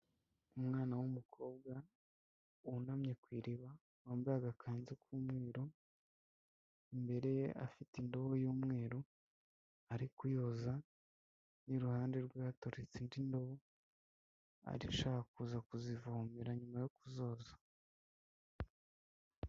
Umwana w'umukobwa wunamye ku iriba wambaye agakanzu k'umweru imbere ye afite indobo y'umweru ari kuyoza n'iruhande rwe haturitse indi ndobo arashaka kuza kuzivomera nyuma yo kuzoza.